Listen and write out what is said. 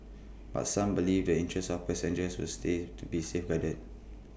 but some believe the interests of passengers will stay to be safeguarded